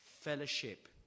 fellowship